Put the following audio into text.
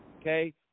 okay